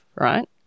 Right